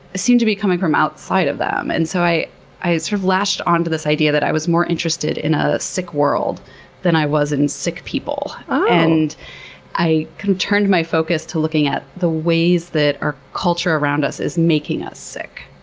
seemed to be coming from outside of them. and so i i sort of latched onto this idea that i was more interested in a sick world than i was in sick people. and i turned my focus to looking at the ways that our culture around us is making us sick.